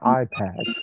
iPad